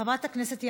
חבר הכנסת עמר בר-לב,